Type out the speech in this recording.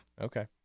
Okay